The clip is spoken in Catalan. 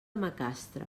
macastre